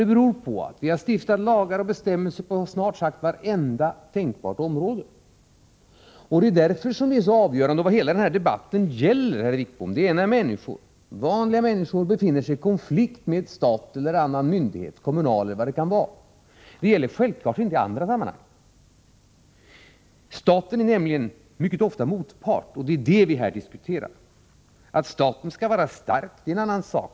Det beror på att vi har stiftat lagar och bestämmelser på snart sagt vartenda tänkbart område. Hela debatten gäller, herr Wickbom, när vanliga människor befinner sig i konflikt med staten eller annan myndighet, kommunal e.d. — det gäller självfallet inte i andra sammanhang. Staten är nämligen mycket ofta motpart, och det är detta som vi diskuterar. Att staten skall vara stark är en annan sak.